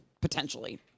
potentially